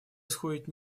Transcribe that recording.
исходит